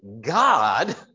God